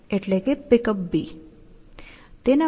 તેના માટે A ને ત્યાં થી હટાવવું પડશે